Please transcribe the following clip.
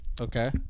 Okay